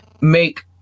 make